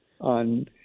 on